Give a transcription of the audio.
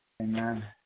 Amen